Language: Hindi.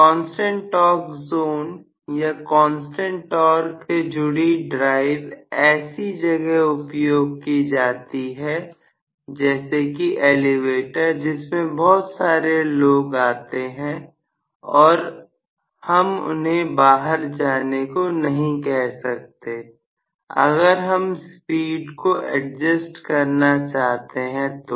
कांस्टेंट टॉर्क जोन या कांस्टेंट टॉर्क से जुड़ी ड्राइव ऐसी जगह उपयोग की जाती है जैसे कि एलिवेटर जिसमें बहुत सारे लोग आते हैं और हम उन्हें बाहर जाने को नहीं कह सकते अगर हम स्पीड को एडजस्ट करना चाहते हैं तो